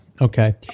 Okay